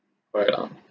correct lah